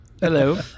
Hello